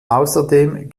außerdem